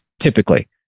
typically